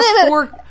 four